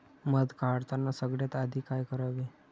मध काढताना सगळ्यात आधी काय करावे?